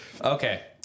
Okay